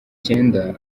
cyenda